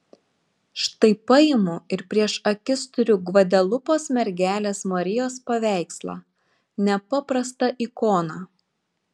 štai paimu ir prieš akis turiu gvadelupos mergelės marijos paveikslą nepaprastą ikoną